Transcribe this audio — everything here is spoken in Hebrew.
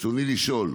רצוני לשאול: